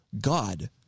God